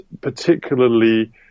particularly